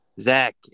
Zach